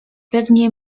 pewnie